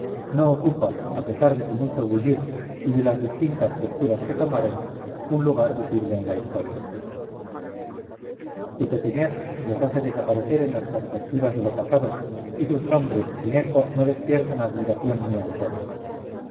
no ocupan a pesar de su mucho bullir y de las distintas posturas que tomaron un lugar visible en la historia su pequeñez los hace desaparecer en las perspectivas de lo pasado y sus nombres sin eco no despiertan admiración ni encono